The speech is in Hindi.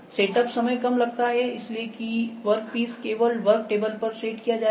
सेटअप समय कम लगता है इसलिए कि वर्क पीस केवल वर्क टेबल पर सेट किया जाएगा